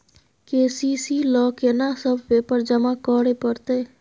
KCC ल केना सब पेपर जमा करै परतै?